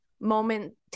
moment